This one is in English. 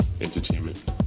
Entertainment